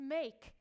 make